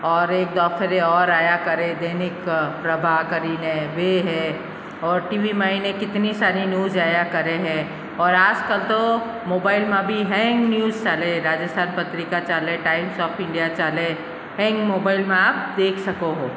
और एक द फिर और आया करे दैनिक प्रभाकरी ना वो है और टी वी में ना कितनी सारी न्यूज़ आया करे है और आज कल तो मोबाइल में भी हैंग न्यूस चाले राजस्थान पत्रिका चाले टाइमस ऑफ़ इंडिया चाले हैंड मोबाइल में आप देख सकते हो